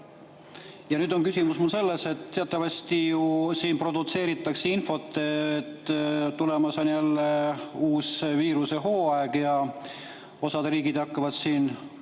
Ja nüüd on küsimus selles, et teatavasti siin produtseeritakse infot, et tulemas on uus viirushooaeg ja osad riigid hakkavad taas